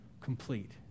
complete